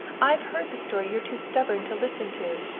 i've heard the story you're too stubborn to listen to.